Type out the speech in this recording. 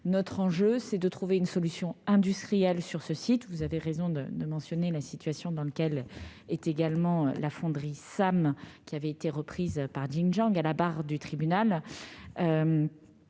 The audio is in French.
pour nous, est de trouver une solution industrielle pour ce site. Vous avez raison de mentionner la situation dans laquelle se trouve la fonderie SAM, elle aussi reprise par Jinjiang à la barre du tribunal.